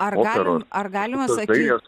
ar galim ar galima sakyt